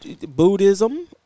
Buddhism